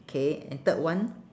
K and third one